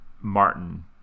Martin